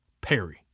Perry